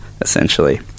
essentially